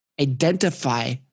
identify